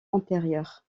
antérieure